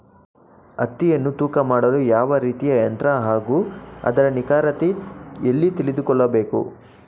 ಹತ್ತಿಯನ್ನು ತೂಕ ಮಾಡಲು ಯಾವ ರೀತಿಯ ಯಂತ್ರ ಹಾಗೂ ಅದರ ನಿಖರತೆ ಎಲ್ಲಿ ತಿಳಿದುಕೊಳ್ಳಬೇಕು?